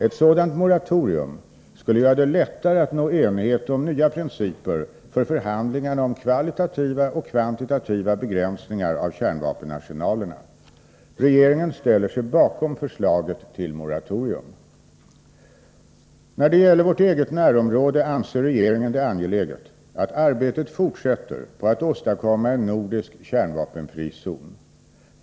Ett sådant moratorium skulle göra det lättare att nå enighet om nya principer för förhandlingarna om kvalitativa och kvantitativa begränsningar av kärnvapenarsenalerna. Regeringen ställer sig bakom förslaget till moratorium. När det gäller vårt eget närområde anser regeringen det angeläget att arbetet fortsätter på att åstadkomma en nordisk kärnvapenfri zon.